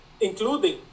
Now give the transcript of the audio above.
including